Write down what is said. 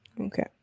Okay